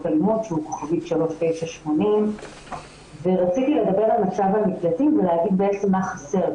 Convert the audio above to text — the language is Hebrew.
אלימות שהוא 3980 ורציתי לדבר על מצב המקלטים ולהגיד בעצם מה חסר,